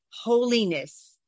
holiness